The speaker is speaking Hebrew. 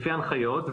לפי ההנחיות,